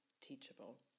teachable